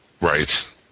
Right